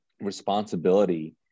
responsibility